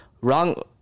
wrong